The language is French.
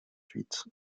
suite